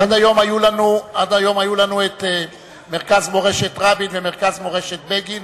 עד היום היו לנו מרכז מורשת רבין ומרכז מורשת בגין.